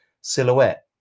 silhouette